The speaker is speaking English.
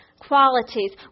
qualities